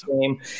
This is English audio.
game